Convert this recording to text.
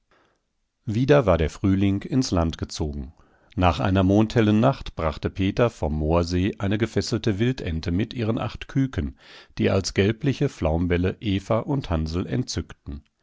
wieder war der frühling ins land gezogen nach einer mondhellen nacht brachte peter vom moorsee eine gefesselte wildente mit ihren acht küken die als gelbliche flaumbälle eva und hansl entzückten